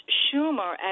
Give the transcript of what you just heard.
Schumer